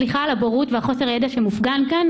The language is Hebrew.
סליחה על הבורות וחוסר הידע שמופגן כאן.